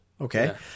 okay